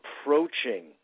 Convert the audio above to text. approaching